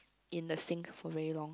in the sink for very long